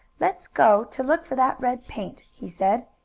let's go to look for that red paint, he said.